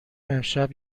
امشب